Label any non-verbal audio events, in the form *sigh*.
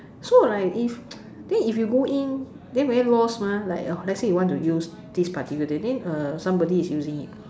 so like if *noise* then if you go in then very lost mah like let's say you want to use this particular thing then uh somebody is using it